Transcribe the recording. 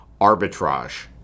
arbitrage